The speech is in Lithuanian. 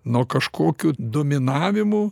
nuo kažkokių dominavimų